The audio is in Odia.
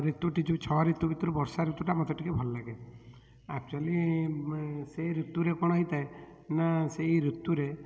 ଋତୁଟି ଯେଉଁ ଛଅ ଋତୁ ଭିତୁରୁ ବର୍ଷା ଋତୁଟା ମୋତେ ଟିକେ ଭଲ ଲାଗେ ଆକଚୁଆଲି ସେଇ ଋତୁରେ କ'ଣ ହୋଇଥାଏ ନାଁ ସେଇ ଋତୁରେ